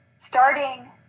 starting